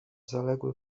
zaległy